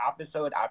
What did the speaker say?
episode